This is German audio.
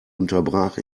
unterbrach